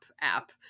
app